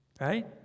right